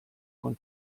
von